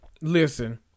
Listen